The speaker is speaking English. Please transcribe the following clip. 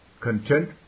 content